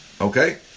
okay